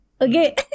okay